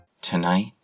Tonight